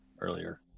earlier